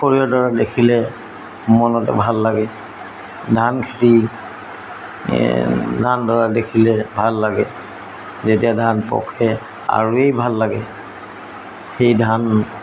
সৰিয়হডৰা দেখিলে মনতে ভাল লাগে ধান খেতি ধানডৰা দেখিলে ভাল লাগে যেতিয়া ধান পকে আৰুৱেই ভাল লাগে সেই ধান